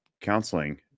counseling